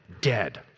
Dead